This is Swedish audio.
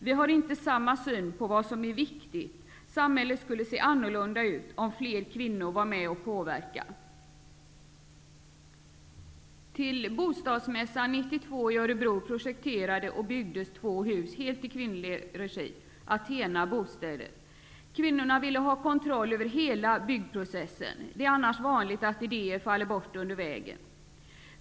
Vi har inte samma uppfattning om vad som är viktigt, och samhället skulle se an norlunda ut om fler kvinnor var med och påver kade. Till bostadsmässan 1992 i Örebro projektera des och byggdes två hus helt i kvinnlig regi -- At hena bostäder. Kvinnorna ville ha kontroll över hela byggprocessen. Det är annars vanligt att idéer faller bort under vägen.